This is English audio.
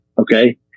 okay